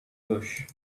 bush